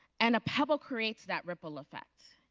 and a pebble creates that ripple effect.